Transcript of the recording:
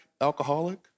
alcoholic